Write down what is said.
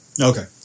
Okay